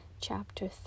chapter